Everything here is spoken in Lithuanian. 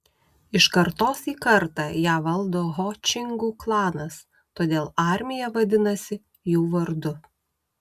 iš kartos į kartą ją valdo ho čingų klanas todėl armija vadinasi jų vardu